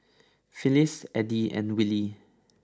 Phyliss Eddie and Willy